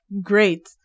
great